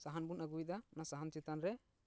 ᱥᱟᱦᱟᱱ ᱵᱚᱱ ᱟᱹᱜᱩᱭᱮᱫᱟ ᱚᱱᱟ ᱥᱟᱦᱟᱱ ᱪᱮᱛᱟᱱ ᱨᱮ